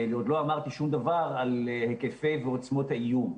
ועוד לא אמרתי שום דבר על היקפי ועוצמות האיום.